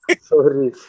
Sorry